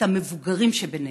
את המבוגרים שבינינו.